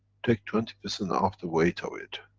take twenty percent off the weight of it.